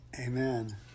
Amen